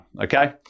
okay